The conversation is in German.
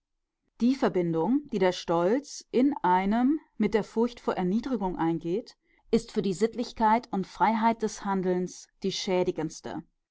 die verbindung die der stolz in einem mit der furcht vor erniedrigung eingeht ist für die sittlichkeit und freiheit des handelns die schädigendste